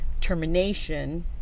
termination